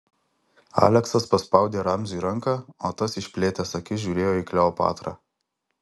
aleksas paspaudė ramziui ranką o tas išplėtęs akis žiūrėjo į kleopatrą